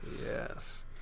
Yes